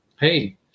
hey